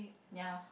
ya